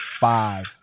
five